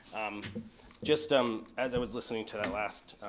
um just um as i was listening to that last